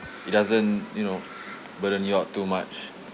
it doesn't you know burden you out too much